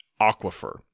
Aquifer